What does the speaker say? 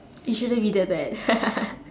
it shouldn't be that bad